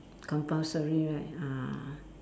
compulsory right ah